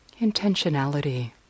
intentionality